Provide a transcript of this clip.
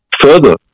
further